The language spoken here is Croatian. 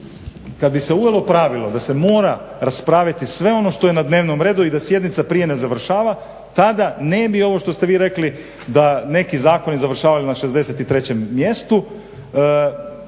Kada bi se uvelo pravilo da se mora raspraviti sve ono što je na dnevnom redu i da sjednica prije ne završava tada ne bi ovo što ste vi rekli da neki zakoni završavaju na 63.mjestu,